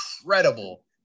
incredible